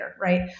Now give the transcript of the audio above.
right